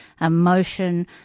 emotion